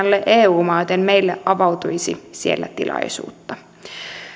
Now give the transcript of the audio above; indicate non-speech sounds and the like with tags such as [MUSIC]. [UNINTELLIGIBLE] ole eu maa joten meille avautuisi siellä tilaisuutta [UNINTELLIGIBLE] [UNINTELLIGIBLE]